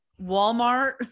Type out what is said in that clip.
walmart